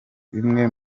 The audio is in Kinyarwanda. bimwe